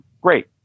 great